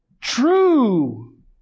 true